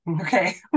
Okay